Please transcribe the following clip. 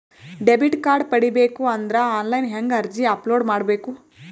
Debit card ಪಡಿಬೇಕು ಅಂದ್ರ online ಹೆಂಗ್ ಅರ್ಜಿ ಅಪಲೊಡ ಮಾಡಬೇಕು?